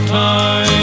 time